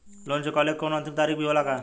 Loan चुकवले के कौनो अंतिम तारीख भी होला का?